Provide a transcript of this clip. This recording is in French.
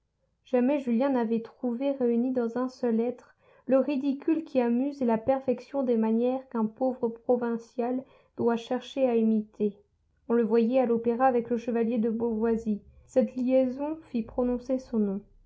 jamais julien n'avait trouvé réunis dans un seul être le ridicule qui amuse et la perfection des manières qu'un pauvre provincial doit chercher à imiter on le voyait à l'opéra avec le chevalier de beauvoisis cette liaison fit prononcer son nom